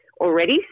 already